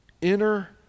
Inner